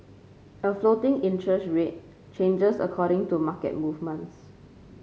a floating interest rate changes according to market movements